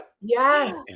Yes